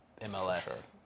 MLS